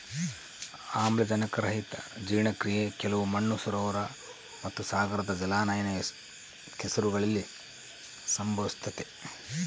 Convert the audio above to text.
ಆಮ್ಲಜನಕರಹಿತ ಜೀರ್ಣಕ್ರಿಯೆ ಕೆಲವು ಮಣ್ಣು ಸರೋವರ ಮತ್ತುಸಾಗರದ ಜಲಾನಯನ ಕೆಸರುಗಳಲ್ಲಿ ಸಂಭವಿಸ್ತತೆ